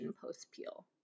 post-peel